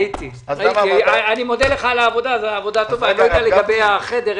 אני פותח את ישיבת ועדת הכספים.